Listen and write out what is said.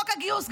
חוק הגיוס,